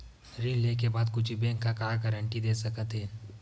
ऋण लेके बाद कुछु बैंक ह का गारेंटी दे सकत हे?